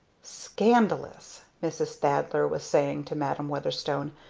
scandalous! mrs. thaddler was saying to madam weatherstone.